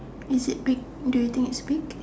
is it big do you think it's big